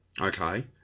okay